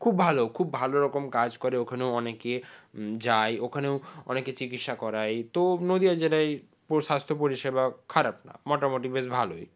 খুব ভালো খুব ভালো রকম কাজ করে ওখানেও অনেকে যায় ওখানেও অনেকে চিকিৎসা করায় তো নদীয়া জেলায় স্বাস্থ্য পরিষেবা খারাপ না মোটামোটি বেশ ভালোই